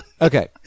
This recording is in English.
okay